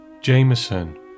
Jameson